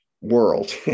world